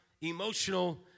emotional